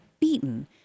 beaten